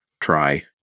try